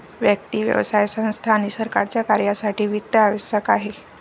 व्यक्ती, व्यवसाय संस्था आणि सरकारच्या कार्यासाठी वित्त आवश्यक आहे